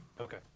Okay